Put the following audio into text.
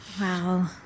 Wow